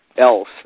else